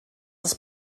das